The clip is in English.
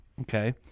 okay